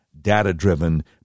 data-driven